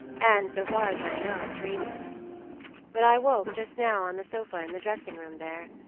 and, so far as i know, dreamless but i woke just now on the sofa in the dressing room there,